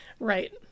Right